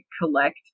collect